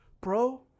bro